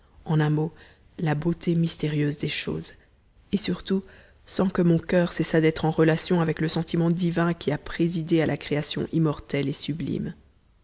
en un mot la beauté mystérieuse des choses et surtout sans que mon cur cessât d'être en relation avec le sentiment divin qui a présidé à la création immortelle et sublime